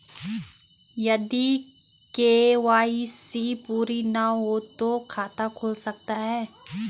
यदि के.वाई.सी पूरी ना हो तो खाता खुल सकता है?